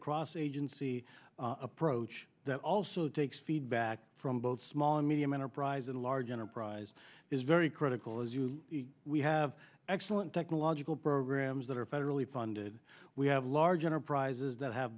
across agency approach that also takes feedback from both small and medium enterprise and large enterprise is very critical as you see we have excellent technological programs that are federally funded we have large enterprises that have